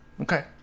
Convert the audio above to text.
Okay